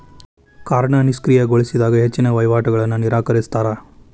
ಕಾರ್ಡ್ನ ನಿಷ್ಕ್ರಿಯಗೊಳಿಸಿದಾಗ ಹೆಚ್ಚಿನ್ ವಹಿವಾಟುಗಳನ್ನ ನಿರಾಕರಿಸ್ತಾರಾ